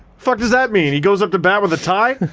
fuck does that mean? he goes up to bat with a tie?